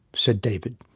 said david.